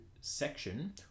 section